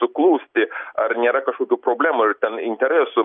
suklusti ar nėra kažkokių problemų ten interesų